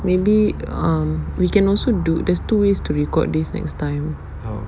maybe um we can also do there's two ways to record this next time